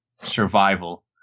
survival